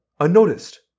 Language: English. unnoticed